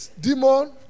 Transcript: Demon